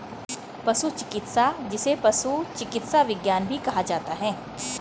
पशु चिकित्सा, जिसे पशु चिकित्सा विज्ञान भी कहा जाता है